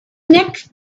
next